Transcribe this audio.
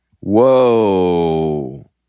Whoa